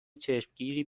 چشمگیری